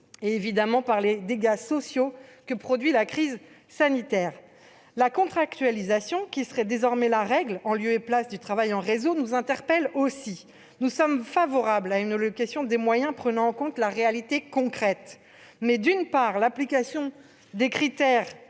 dernier et les dégâts sociaux qu'entraîne la crise sanitaire. La contractualisation qui serait désormais la règle, en lieu et place du travail en réseau, nous interpelle aussi. Nous sommes favorables à une allocation des moyens tenant compte de la réalité concrète mais, d'une part, l'application des différents